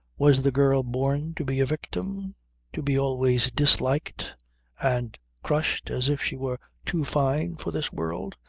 was the girl born to be a victim to be always disliked and crushed as if she were too fine for this world?